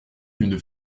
une